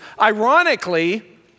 Ironically